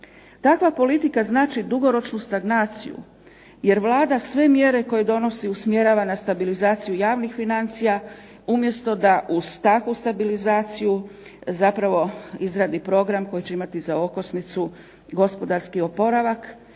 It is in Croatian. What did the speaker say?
Takva politika znači dugoročnu stagnaciju jer Vlada sve mjere koje donosi usmjerava na stabilizaciju javnih financija umjesto da uz takvu stabilizaciju zapravo izradi program koji će imati za okosnicu gospodarski oporavak